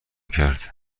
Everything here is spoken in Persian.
کرد